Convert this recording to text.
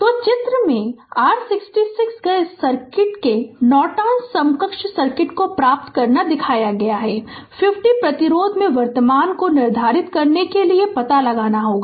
Refer Slide Time 1259 तो चित्र में r 66 गए सर्किट के नॉर्टन समकक्ष सर्किट को प्राप्त करना दिखाया गया है 50 प्रतिरोध में वर्तमान को निर्धारित करने के लिए पता लगाना होगा